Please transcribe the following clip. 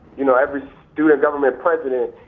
you know, every student government president,